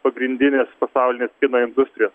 pagrindinės pasaulinės kino industrijos